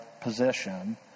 position